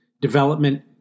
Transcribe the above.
development